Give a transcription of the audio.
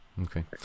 Okay